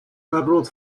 народ